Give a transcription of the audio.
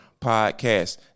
podcast